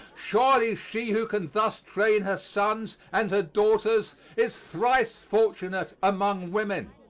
surely she who can thus train her sons and her daughters is thrice fortunate among women.